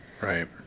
right